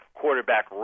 quarterback